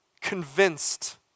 convinced